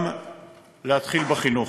להתחיל בחינוך.